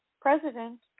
president